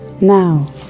Now